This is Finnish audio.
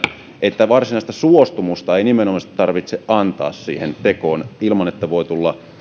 että varsinaista suostumusta ei nimenomaisesti tarvitse antaa siihen tekoon ilman että voi tulla